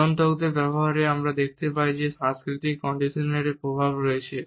নিয়ন্ত্রকদের ব্যবহারেও আমরা দেখতে পাই যে সাংস্কৃতিক কন্ডিশনিংয়ের প্রভাব রয়েছে